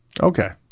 Okay